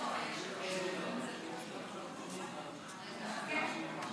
נחכה לשרה.